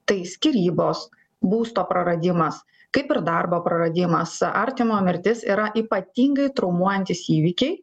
tai skyrybos būsto praradimas kaip ir darbo praradimas artimo mirtis yra ypatingai traumuojantys įvykiai